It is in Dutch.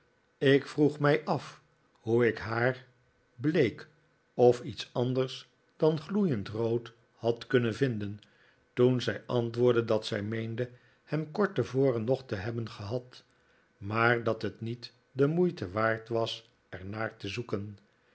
ik vroeg mij af hoe ik haar bleek of iets anders dan gloeiend rood had kunnen vinden toen zij antwoordde dat zij meende hem kort tevoren nog te hebben gehad maar dat het niet de moeite waard was er naar te zoeken